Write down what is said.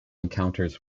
encounters